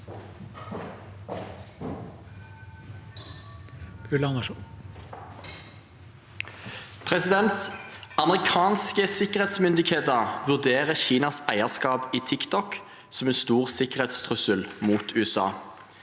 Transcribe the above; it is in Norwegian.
Amerikan- ske sikkerhetsmyndigheter vurderer Kinas eierskap i TikTok som en stor sikkerhetstrussel mot USA.